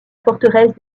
forteresse